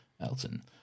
Elton